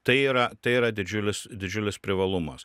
tai yra tai yra didžiulis didžiulis privalumas